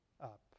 up